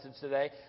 today